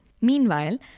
Meanwhile